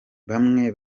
bamwe